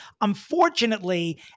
Unfortunately